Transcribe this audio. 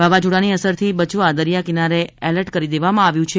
વાવાઝોડાની અસરથી બચવા દરિયા કિનારે એલર્ટ કરી દેવામાં આવ્યું છે